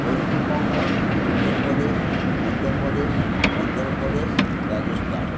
Paschimbanga Uttar Pradesh Madhya Pradesh Andhra Pradesh Rajasthan